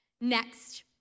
next